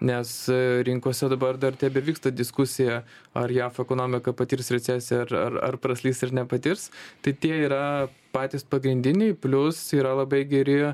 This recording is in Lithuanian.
nes rinkose dabar dar tebevyksta diskusija ar jav ekonomika patirs recesiją ar ar ar praslys ir nepatirs tai tie yra patys pagrindiniai plius yra labai geri